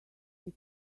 that